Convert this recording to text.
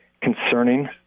concerning